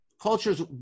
cultures